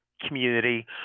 community